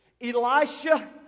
Elisha